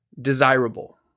desirable